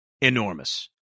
Enormous